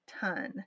ton